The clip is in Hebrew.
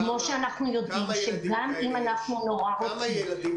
כמו שאנחנו יודעים שגם אם אנחנו מאוד רוצים